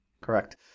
Correct